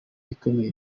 ikomeye